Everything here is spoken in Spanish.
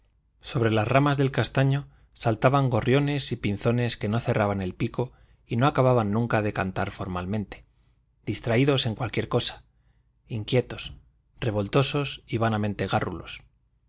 sobre las ramas del castaño saltaban gorriones y pinzones que no cerraban el pico y no acababan nunca de cantar formalmente distraídos en cualquier cosa inquietos revoltosos y vanamente gárrulos